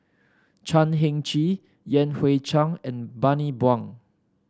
Chan Heng Chee Yan Hui Chang and Bani Buang